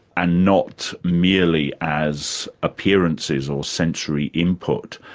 and not merely as appearances or sensory input.